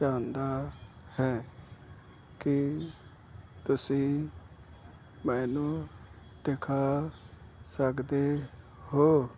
ਚਾਹੁੰਦਾ ਹੈ ਕੀ ਤੁਸੀਂ ਮੈਨੂੰ ਦਿਖਾ ਸਕਦੇ ਹੋ